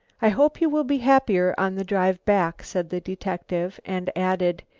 i hope you will be happier on the drive back, said the detective and added,